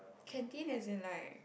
canteen as in like